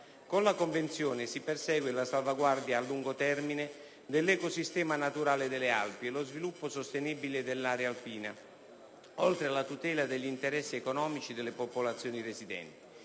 Con la Convenzione si persegue la salvaguardia a lungo termine dell'ecosistema naturale delle Alpi e lo sviluppo sostenibile dell'area alpina, oltre alla tutela degli interessi economici delle popolazioni residenti,